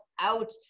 out